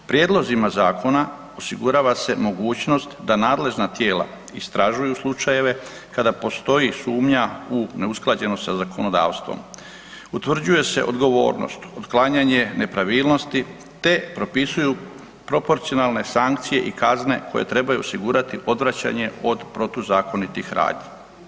Prijedlozima zakona osigurava se mogućnost da nadležna tijela istražuju slučajeve kada postoji sumnja u neusklađenost sa zakonodavstvom, utvrđuje se odgovornost otklanjanje nepravilnosti, te propisuju proporcionalne sankcije i kazne koje trebaju osigurati odvraćanje od protuzakonitih radnji.